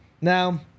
Now